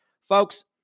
Folks